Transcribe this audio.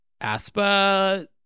aspa